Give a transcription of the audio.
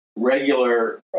Regular